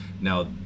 now